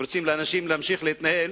ואנשים רוצים להמשיך להתנהל,